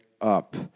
up